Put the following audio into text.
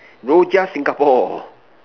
Rojak Singapore